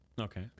Okay